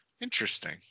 Interesting